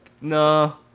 No